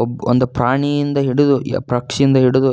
ಒಬ್ ಒಂದು ಪ್ರಾಣಿಯಿಂದ ಹಿಡಿದು ಎಬ್ ಪಕ್ಷಿಯಿಂದ ಹಿಡಿದು